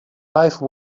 life